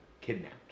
Kidnapped